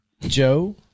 Joe